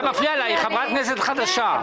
היא חברת כנסת חדשה.